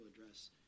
address